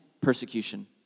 persecution